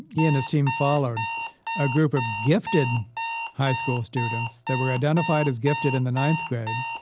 he and his team followed a group of gifted high school students that were identified as gifted in the ninth grade,